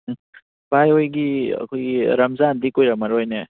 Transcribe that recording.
ꯎꯝ ꯚꯥꯏ ꯍꯣꯏꯒꯤ ꯑꯩꯈꯣꯏꯒꯤ ꯔꯝꯖꯥꯟꯗꯤ ꯀꯨꯏꯔꯝꯃꯔꯣꯏꯅꯦ